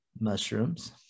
mushrooms